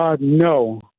No